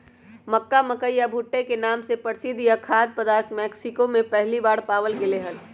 मक्का, मकई या भुट्टे के नाम से प्रसिद्ध यह खाद्य पदार्थ मेक्सिको में पहली बार पावाल गयले हल